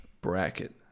bracket